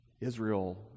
Israel